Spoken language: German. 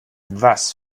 was